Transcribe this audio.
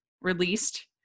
released